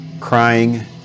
crying